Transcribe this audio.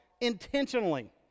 intentionally